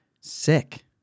sick